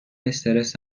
استرس